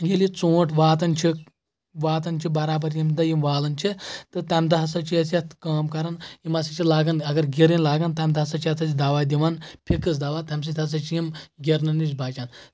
ییٚلہِ یہِ ژوٗنٛٹھ واتان چھِ واتان چھِ برابر ییٚمہِ دۄہ یِم والان چھِ تہٕ تمہِ دۄہ ہسا چھِ أسۍ یتھ کٲم کران یِم ہسا چھِ لاگان اگر گرٕنۍ لاگن تمہِ دۄہ ہسا چھِ اتھ أسۍ دوا دِوان فِکٕس دوہ تمہِ سۭتۍ ہسا چھِ یِم گرنہٕ نِش بچان